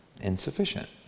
insufficient